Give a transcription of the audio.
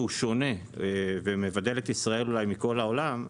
והוא שונה ומבדל את ישראל אולי מכל העולם,